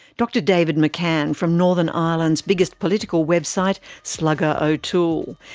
dr david mccann, from northern ireland's biggest political website, slugger o'toole.